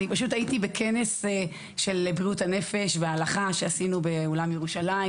פשוט הייתי בכנס של בריאות הנפש וההלכה שעשינו באולם ירושלים,